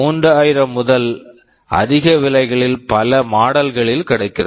3000 முதல் அதிக விலைகளில் பல மாடல்களில் கிடைக்கிறது